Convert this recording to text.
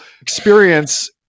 experience